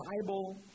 Bible